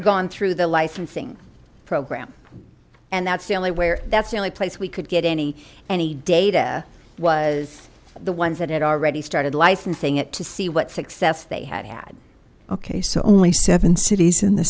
gone through the licensing program and that's the only where that's the only place we could get any any data was the ones that had already started licensing it to see what success they had had okay so only seven cities in the